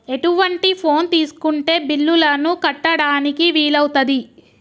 ఎటువంటి ఫోన్ తీసుకుంటే బిల్లులను కట్టడానికి వీలవుతది?